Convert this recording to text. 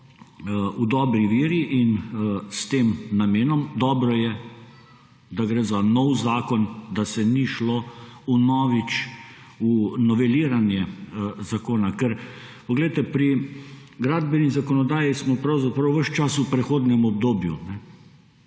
v dobri veri in s tem namenom. Dobro je, da gre za nov zakon, da se ni šlo vnovič v noveliranje zakona, ker poglejte, pri gradbeni zakonodaji smo pravzaprav ves čas v prehodnem obdobju.